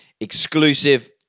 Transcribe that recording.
exclusive